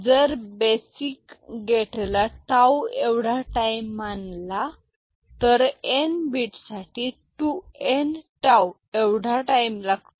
जर बेसिक गेटला टाऊ एवढा टाईम मानला तर n बीट साठी 2n टाऊ एवढा टाइम लागतो